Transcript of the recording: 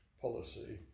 policy